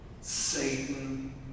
Satan